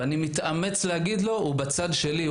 ואני מתאמץ להגיד לו: הוא בצד שלי,